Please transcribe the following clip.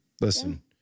Listen